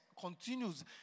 continues